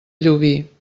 llubí